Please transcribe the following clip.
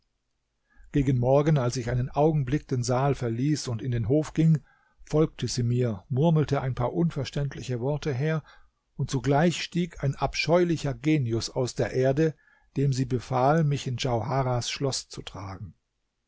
gegen morgen als ich einen augenblick den saal verließ und in den hof ging folgte sie mir murmelte ein paar unverständliche worte her und sogleich stieg ein abscheulicher genius aus der erde dem sie befahl mich in djauharahs schoß zu tragen